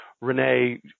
Renee